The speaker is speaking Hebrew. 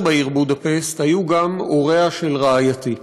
בעיר בודפשט היו גם הוריה של רעייתי.